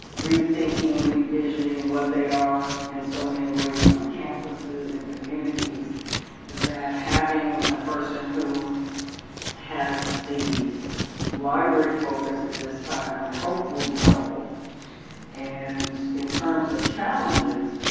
rethinking, revisioning of what they are in so many ways on campuses and communities that having a person who has the library focus at this time i hope will be helpful and in terms of challenges,